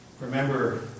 Remember